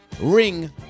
ring